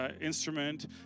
instrument